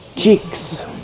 cheeks